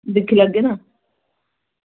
दिक्खी लैगे ना